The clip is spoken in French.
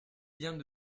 vient